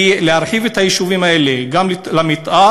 כי כדי להרחיב את היישובים האלה גם למתאר,